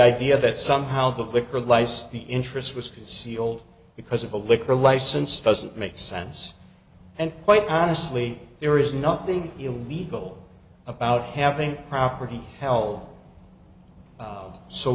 idea that somehow the liquor license the interest was sea old because of a liquor license doesn't make sense and quite honestly there is nothing illegal about having property hel